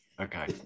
Okay